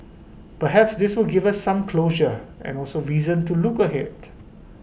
perhaps this will give us some closure and also reason to look ahead